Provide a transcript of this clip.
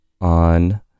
on